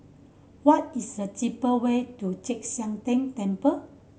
what is the cheap way to Chek Sian Tng Temple